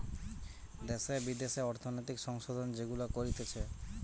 দ্যাশে বিদ্যাশে অর্থনৈতিক সংশোধন যেগুলা করতিছে